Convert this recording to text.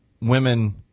women